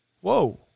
whoa